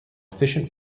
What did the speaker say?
efficient